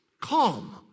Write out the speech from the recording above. calm